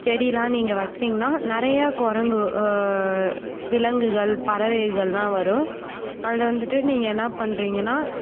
செடிலாம் நீங்கள் வச்சீங்கனால் நிறையா குரங்கு விலங்குகள் பறவைகள்லாம் வரும் அதில் வந்துட்டு நீங்கள் என்ன பண்றீங்கனால்